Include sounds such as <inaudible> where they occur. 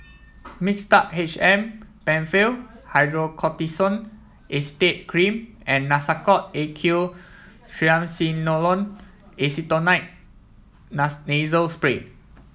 Mixtard H M Penfill Hydrocortisone Acetate Cream and Nasacort A Q Triamcinolone Acetonide <unintelligible> Nasal Spray